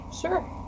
Sure